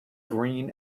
green